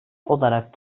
olarak